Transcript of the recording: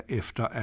efter